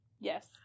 Yes